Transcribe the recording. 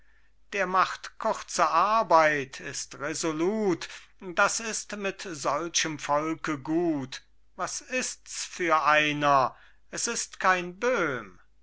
der macht kurze arbeit ist resolut das ist mit solchem volke gut was ists für einer es ist kein böhm